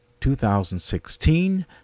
2016